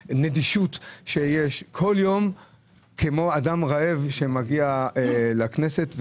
כל יום אתה כמו אדם רעב שמגיע לכנסת.